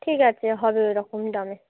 ঠিক আছে হবে ওই রকম দামে